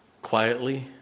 Quietly